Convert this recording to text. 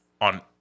on